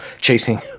chasing